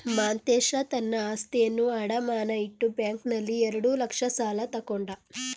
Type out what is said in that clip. ಮಾಂತೇಶ ತನ್ನ ಆಸ್ತಿಯನ್ನು ಅಡಮಾನ ಇಟ್ಟು ಬ್ಯಾಂಕ್ನಲ್ಲಿ ಎರಡು ಲಕ್ಷ ಸಾಲ ತಕ್ಕೊಂಡ